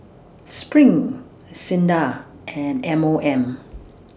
SPRING SINDA and M O M